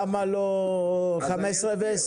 אבל למה לא 15 ו-20?